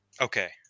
Okay